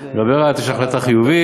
לגבי רהט יש החלטה חיובית.